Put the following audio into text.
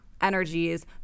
energies